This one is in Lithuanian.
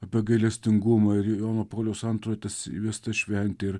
apie gailestingumą ir jono pauliaus antrojo tas įvesta šventė ir